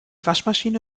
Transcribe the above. waschmaschine